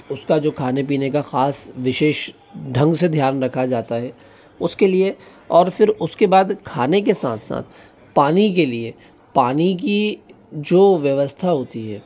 उसका जो खाने पीने का खास विशेष ढंग से ध्यान रखा जाता है उसके लिए और फिर उसके बाद खाने के साथ साथ पानी के लिए पानी की जो व्यवस्था होती है